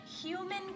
human